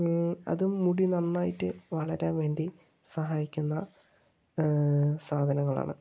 അതും മുടി നന്നായിട്ട് വളരാൻ വേണ്ടി സഹായിക്കുന്ന സാധനങ്ങളാണ്